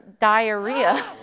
diarrhea